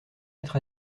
être